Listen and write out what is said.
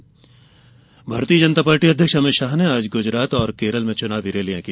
आज भारतीय जनता पार्टी अध्यक्ष अमित शाह ने आज गुजरात और केरल में चुनाव रैलियां की